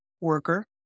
worker